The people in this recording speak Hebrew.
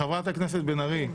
חברת הכנסת בן ארי.